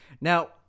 Now